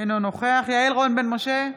אינו נוכח יעל רון בן משה,